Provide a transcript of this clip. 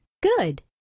Good